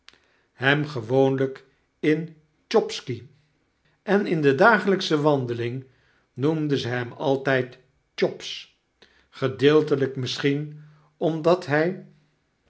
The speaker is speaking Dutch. hem gewoonlijk in chopski en in de dagelyksche wandelingnoemden ze hem altijd chops gedeeltelijk misschien omdat hy